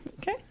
Okay